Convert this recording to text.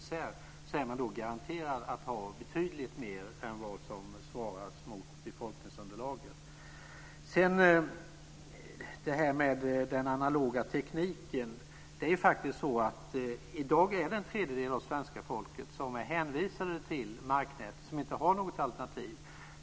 Stockholm är garanterat betydligt mer produktion än vad som svarar mot befolkningsunderlaget. I dag är en tredjedel av svenska folket hänvisad till marknätet. De har inget alternativ.